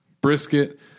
brisket